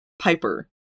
piper